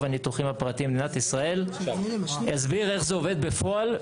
הניתוחים הפרטיים במדינת ישראל אסביר איך זה עובד בפועל.